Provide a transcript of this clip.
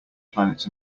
planets